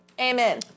amen